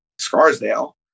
Scarsdale